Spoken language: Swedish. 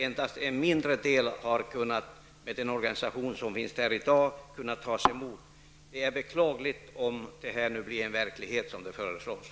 Endast en mindre del har kunnat tas emot med den organisation som finns i dag. Det är beklagligt om det här blir en verklighet, såsom det föreslås.